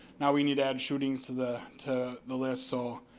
now we need to add shootings to the to the list. so